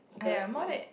dirty